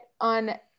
on